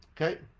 okay